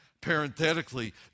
parenthetically